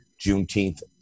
Juneteenth